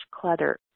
clutter